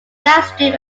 downstream